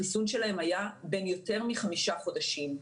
החיסון שלהם היה בן יותר מחמישה חודשים,